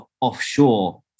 offshore